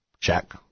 Check